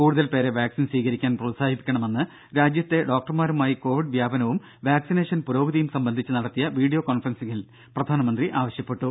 കൂടുതൽ പേരെ വാക്സിൻ സ്വീകരിക്കാൻ പ്രോത്സാഹിപ്പിക്കണമെന്ന് രാജ്യത്തെ ഡോക്ടർമാരുമായി കോവിഡ് വ്യാപനവും വാക്സിനേഷൻ പുരോഗതിയും സംബന്ധിച്ച് നടത്തിയ വിഡിയോ കോൺഫറൻസിങ്ങിൽ പ്രധാനമന്ത്രി ആവശ്യപ്പെട്ടു